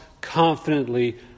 confidently